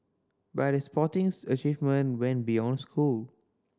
but his sportings achievement went beyond school